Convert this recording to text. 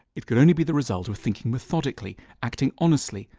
it could only be the result of thinking methodically, acting honestly,